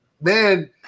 man